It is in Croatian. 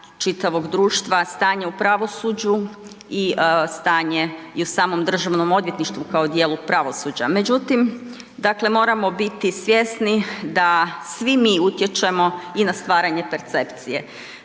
čitavog društva, stanje u pravosuđu i stanje i u samom DORH-u kao dijelu pravosuđa. Međutim, moramo biti svjesni da svi mi utječemo i na stvaranje percepcije.